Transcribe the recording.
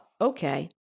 okay